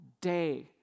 day